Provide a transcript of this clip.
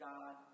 God